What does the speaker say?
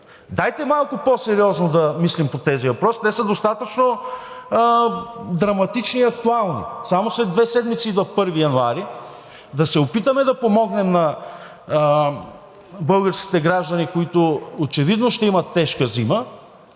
Дайте малко по-сериозно да мислим по тези въпроси. Те са достатъчно драматични и актуални. Само след две седмици идва 1 януари. Да се опитаме да помогнем на българските граждани, които очевидно ще имат тежка зима,